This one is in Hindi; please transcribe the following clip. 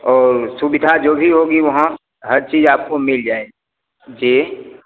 और सुविधा जो भी होगी वहाँ हर चीज़ आपको मिल जाएगी जी